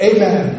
Amen